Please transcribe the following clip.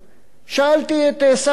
שאלתי את שר הפנים,